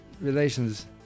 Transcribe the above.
relations